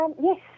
Yes